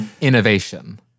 Innovation